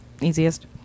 easiest